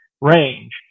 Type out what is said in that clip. range